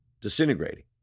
disintegrating